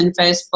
Facebook